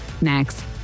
next